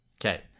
Okay